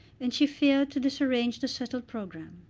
and she feared to disarrange the settled programme.